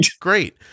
great